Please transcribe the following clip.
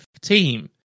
team